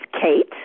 Kate